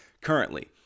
currently